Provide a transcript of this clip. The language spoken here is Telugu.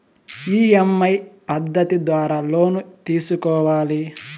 ఇ.ఎమ్.ఐ పద్ధతి ద్వారా లోను ఎలా తీసుకోవాలి